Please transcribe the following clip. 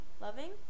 Loving